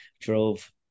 drove